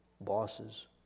bosses